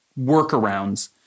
workarounds